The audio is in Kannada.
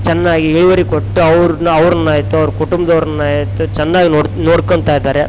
ಚೆನ್ನಾಗಿ ಇಳುವರಿ ಕೊಟ್ಟು ಅವ್ರನ್ನ ಅವ್ರನ್ನ ಆಯಿತು ಅವ್ರ ಕುಟುಂಬ್ದವ್ರನ್ನ ಆಯಿತು ಚೆನ್ನಾಗಿ ನೋಡಿ ನೋಡ್ಕೊಂತ ಇದ್ದಾರೆ